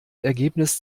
ergebnis